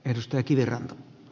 arvoisa puhemies